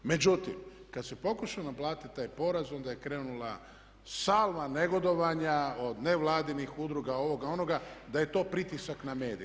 Međutim kada se pokušao naplatiti taj porez onda je krenula salva negodovanja od nevladinih udruga, ovoga, onoga da je to pritisak na medije.